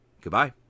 Goodbye